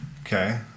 Okay